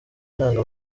ntanga